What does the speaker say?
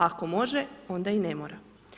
Ako može, onda i ne mora.